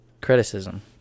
criticism